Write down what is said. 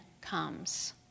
comes